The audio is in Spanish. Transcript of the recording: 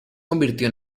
convirtió